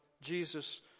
Jesus